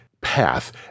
path